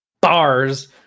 bars